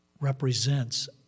represents